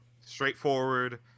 straightforward